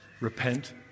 repent